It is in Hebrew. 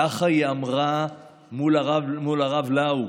ככה היא אמרה מול הרב לאו.